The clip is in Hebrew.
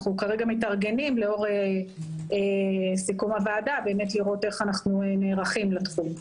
אנחנו כרגע מתארגנים לאור סיכום הוועדה לראות איך אנו נערכים לתחום.